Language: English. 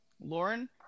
Lauren